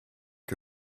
que